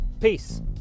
Peace